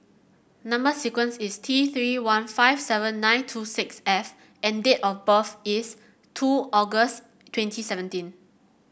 number sequence is T Three one five seven nine two six F and date of birth is two August twenty seventeen